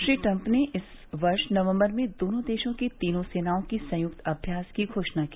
Shri Trump ने इस वर्ष नवम्बर में दोनों देशों की तीनों सेनाओं की संयुक्त अभ्यास की घोषणा की